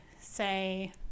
say